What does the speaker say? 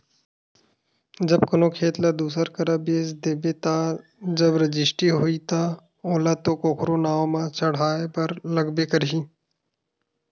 जब कोनो खेत ल दूसर करा बेच देबे ता जब रजिस्टी होही ता ओला तो ओखर नांव म चड़हाय बर लगबे करही